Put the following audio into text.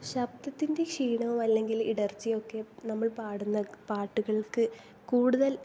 ശബ്ദത്തിൻ്റെ ക്ഷീണവും അല്ലെങ്കിൽ ഇടർച്ചയുമൊക്കെ നമ്മൾ പാടുന്ന പാട്ടുകൾക്ക് കൂട്തൽ